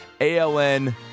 ALN